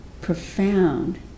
profound